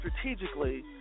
strategically